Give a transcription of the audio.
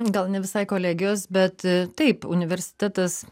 gal ne visai kolegijos bet taip universitetas